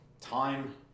time